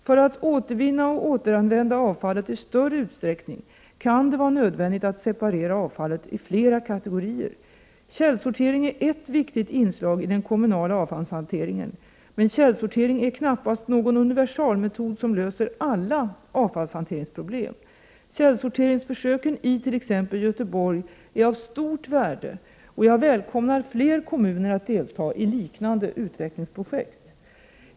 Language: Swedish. För att återvinna och återanvända avfallet i större utsträckning kan det vara nödvändigt att separera avfallet i flera kategorier. Källsortering är ert viktigt inslag i den kommunala avfallshanteringen, men källsortering är knappast någon universalmetod som löser alla avfallshanteringsproblem. Källsorteringsförsöken i t.ex. Göteborg är av stort värde, och jag välkomnar fler kommuner att delta i liknande utvecklingsprojekt.